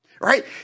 right